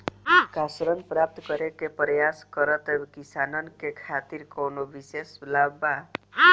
का ऋण प्राप्त करे के प्रयास करत किसानन के खातिर कोनो विशेष लाभ बा